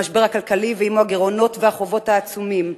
המשבר הכלכלי ועמו הגירעונות והחובות העצומים,